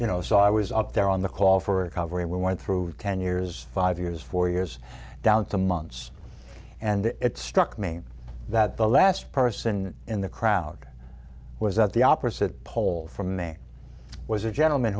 you know so i was up there on the call for a cover and we went through ten years five years four years down to months and it struck me that the last person in the crowd was at the opposite pole from me was a gentleman